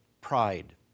pride